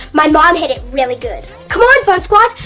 my mom hid it really good. come on, fun squad.